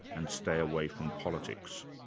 and stay away from politics.